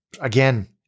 again